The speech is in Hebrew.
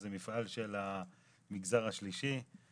זה מפעל של המגזר השלישי,